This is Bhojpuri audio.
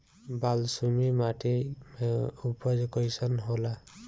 बालसुमी माटी मे उपज कईसन होला?